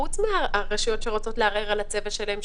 חוץ מהרשויות שרוצות לערער על הצבע שלהן.